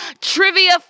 trivia